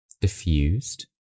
diffused